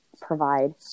provide